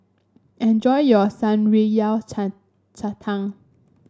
enjoy your shan rui Yao Cai cai tang